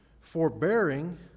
Forbearing